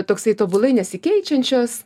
toksai tobulai nesikeičiančios